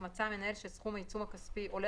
(א) מצא המנהל שסכום העיצום הכספי עולה